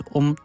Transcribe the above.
om